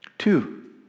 Two